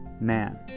man